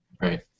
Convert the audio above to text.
Right